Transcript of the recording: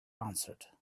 answered